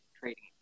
trading